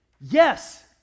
Yes